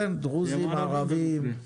דרוזים, ערבים,